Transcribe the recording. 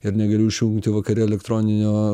ir negaliu išjungti vakare elektroninio